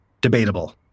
Debatable